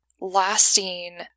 lasting